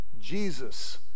Jesus